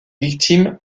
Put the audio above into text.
victime